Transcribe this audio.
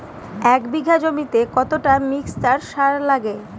এক বিঘা জমিতে কতটা মিক্সচার সার লাগে?